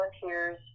volunteers